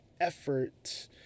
effort